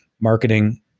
marketing